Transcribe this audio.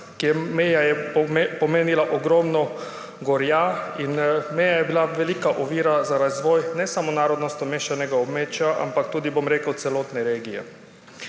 Meja je pomenila ogromno gorja in meja je bila velika ovira za razvoj ne samo narodnostno mešanega območja, ampak tudi celotne regije.